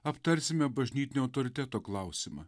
aptarsime bažnytinio autoriteto klausimą